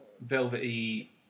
velvety